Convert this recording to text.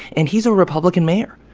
and he's a republican mayor,